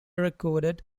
recorded